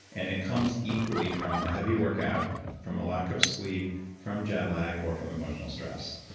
and it comes equally from a heavy workout from a lack of sleep, from jet lag, or from emotional stress.